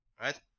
right